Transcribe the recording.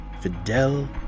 Fidel